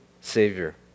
Savior